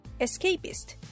Escapist